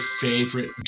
favorite